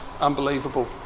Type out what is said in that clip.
unbelievable